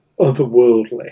otherworldly